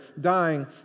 dying